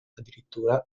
addirittura